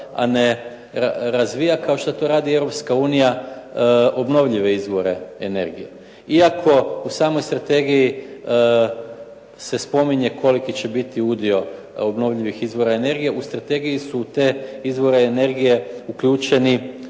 a ne razvija, kao što to radi Europska unija, obnovljive izvore energije. Iako u samoj strategiji se spominje koliki će biti udio obnovljivih izvora energije u strategiji su u te izvore energije uključene